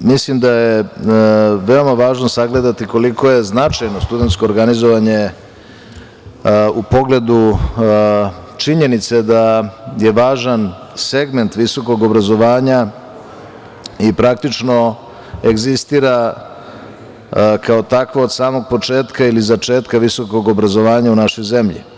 mislim da je veoma važno sagledati koliko je značajno studentsko organizovanje u pogledu činjenice da je važan segment visokog obrazovanja i praktično egzistira kao tako od samog početka ili začetka visokog obrazovanja u našoj zemlji.